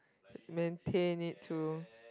maintain it to